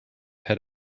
head